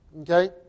okay